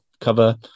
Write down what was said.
cover